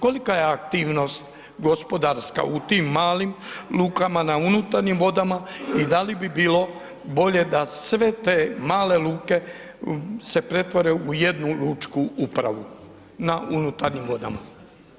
Kolika je aktivnost gospodarska u tim malim lukama, na unutarnjim vodama i da li bi bilo bolje sa sve te male luke se pretvore u jednu lučku upravu na unutarnjim vodama?